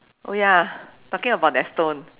oh ya talking about that stone